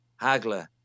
Hagler